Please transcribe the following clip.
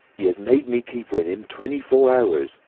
he has made me keep with him twenty-four hours,